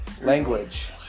Language